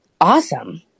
Awesome